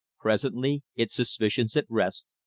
presently, its suspicions at rest,